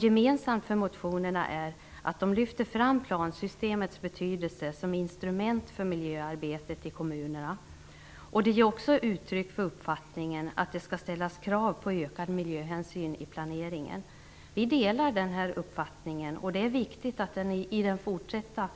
Gemensamt för motionerna är att de lyfter fram plansystemets betydelse som instrument för miljöarbetet i kommunerna. De ger också uttryck för uppfattningen att det skall ställas krav på ökad miljöhänsyn i planeringen. Vi delar denna uppfattning, och det är viktigt att i den fortsatta